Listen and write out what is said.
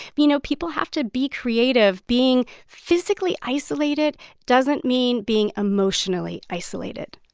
you know, people have to be creative. being physically isolated doesn't mean being emotionally isolated